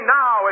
now